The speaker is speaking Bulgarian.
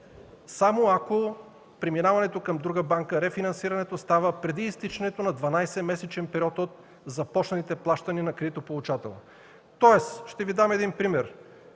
само ако преминаването към друга банка, рефинансирането става преди изтичането на 12 месечен период от започналите плащания на кредитополучателя. Ще Ви дам един пример.